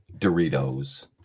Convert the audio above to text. Doritos